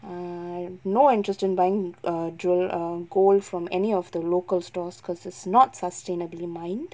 err no interest in buying err jewel or gold from any of the local stores because it's not sustainably mined